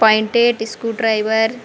pointed screw driver